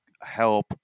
help